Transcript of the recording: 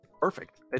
Perfect